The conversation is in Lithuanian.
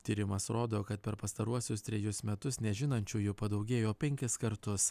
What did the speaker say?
tyrimas rodo kad per pastaruosius trejus metus nežinančiųjų padaugėjo penkis kartus